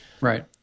Right